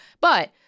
But-